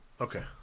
Okay